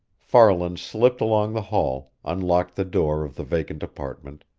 farland slipped along the hall, unlocked the door of the vacant apartment,